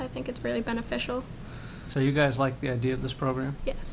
i think it's really beneficial so you guys like the idea of this program